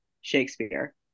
Shakespeare